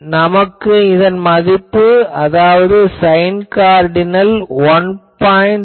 நமக்கு இதன் மதிப்பு அதாவது சைன் கார்டினல் 1